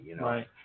Right